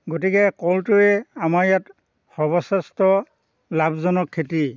গতিকে কলটোৱেই আমাৰ ইয়াত সৰ্বশ্ৰেষ্ঠ লাভজনক খেতি